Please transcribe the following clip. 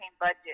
budget